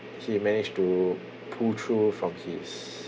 he managed to pull through from his